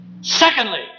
Secondly